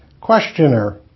Questioner